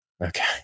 Okay